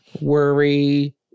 worry